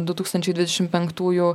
du tūkstančiai dvidešim penktųjų